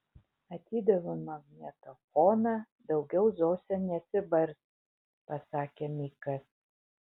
atidaviau magnetofoną daugiau zosė nesibars pasakė mikas